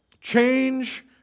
Change